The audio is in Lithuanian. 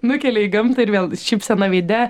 nukelia į gamtą ir vėl šypsena veide